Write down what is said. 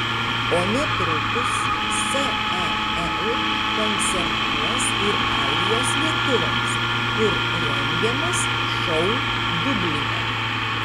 o netrukus sel koncertuos ir airijos lietuviams kur rengiamas šou dubline